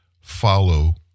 follow